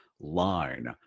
line